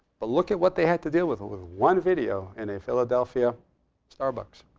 but look at what they had to deal with with one video in a philadelphia starbucks.